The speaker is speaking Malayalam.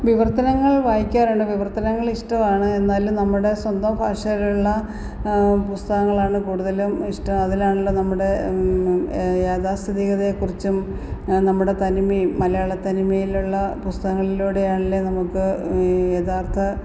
വിവർത്തനങ്ങൾ വായിക്കാറുണ്ട് വിവർത്തനങ്ങൾ ഇഷ്ടവാണ് എന്നാലും നമ്മുടെ സ്വന്തം ഭാഷയിലുള്ള പുസ്തകങ്ങളാണ് കൂടുതലും ഇഷ്ടം അതിലാണല്ലോ നമ്മുടെ യാഥാസ്ഥിതികതയെ കുറിച്ചും നമ്മുടെ തനിമയും മലയാള തനിമയിലുള്ള പുസ്തകങ്ങളിലൂടെയല്ലേ നമുക്ക് യഥാർത്ഥ